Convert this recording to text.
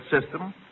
system